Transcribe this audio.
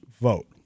vote